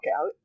out